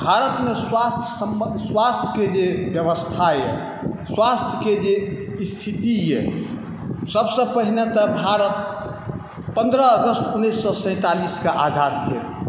भारतमे स्वास्थ्य सम्ब स्वास्थ्यके जे व्यवस्था यऽ स्वास्थ्यके जे स्थिति यऽ सब से पहिने तऽ भारत पन्द्रह अगस्त उन्नैस सए सैंतालिसके आजाद भेल